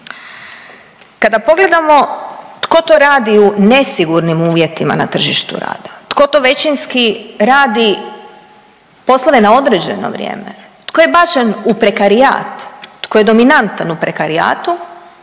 Kada pogledamo tko to radi u nesigurnim uvjetima rada, tko to većinski radi poslove na određeno vrijeme, tko je bačen u prekarijat, tko je dominantan u prekarijatu,